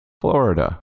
Florida